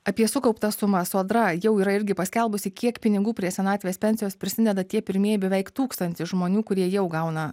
apie sukauptą sumą sodra jau yra irgi paskelbusi kiek pinigų prie senatvės pensijos prisideda tie pirmieji beveik tūkstantis žmonių kurie jau gauna